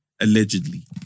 allegedly